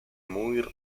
muy